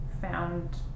found